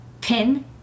pin